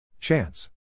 Chance